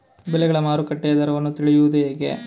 ಬೆಳೆಗಳ ಮಾರುಕಟ್ಟೆಯ ದರವನ್ನು ತಿಳಿಯುವುದು ಹೇಗೆ?